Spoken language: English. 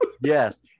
Yes